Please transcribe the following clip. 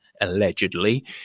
allegedly